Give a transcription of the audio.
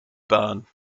burn